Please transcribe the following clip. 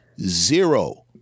zero